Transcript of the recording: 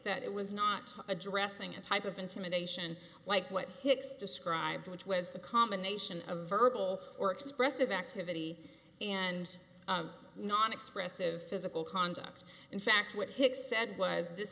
that it was not addressing a type of intimidation like what hicks described which was the combination of verbal or expressive activity and not expressive physical conduct in fact what hicks said was